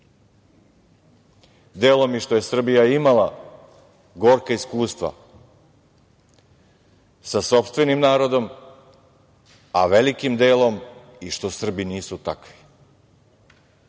Delom i što je Srbija imala gorka iskustva sa sopstvenim narodom a velikim delom i što Srbi nisu takvi,